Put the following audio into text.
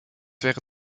wäre